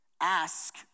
Ask